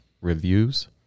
reviews